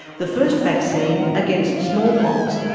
the first vaccine, against smallpox,